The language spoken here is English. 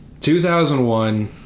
2001